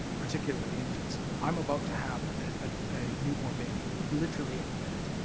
particularly infants. i'm about to have ah a new-born baby, literally any minute.